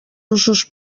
usos